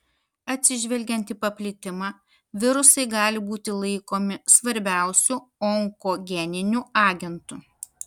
atsižvelgiant į paplitimą virusai gali būti laikomi svarbiausiu onkogeniniu agentu